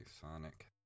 Sonic